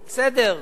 בסדר.